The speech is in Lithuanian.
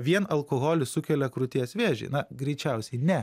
vien alkoholis sukelia krūties vėžį na greičiausiai ne